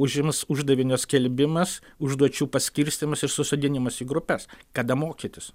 užims uždavinio skelbimas užduočių paskirstymas ir susodinimas į grupes kada mokytis